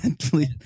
please